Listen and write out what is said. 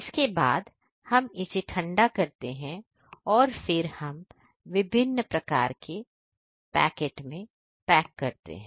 इसके बाद हम इसे ठंडा करते हैं और फिर हम विभिन्न प्रकार के पैकेट में पैक करते हैं